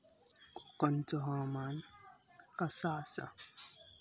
कोकनचो हवामान कसा आसा?